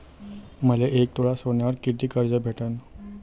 मले एक तोळा सोन्यावर कितीक कर्ज भेटन?